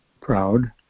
proud